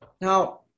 Now